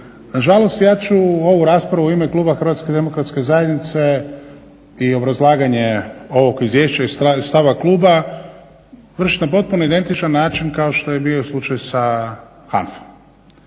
Nažalost ja ću ovu raspravu u ime kluba HDZ-a i obrazlaganje ovog izvješća i stava kluba vršiti na potpuno identičan način kao što je bio i slučaj sa HANFA-om.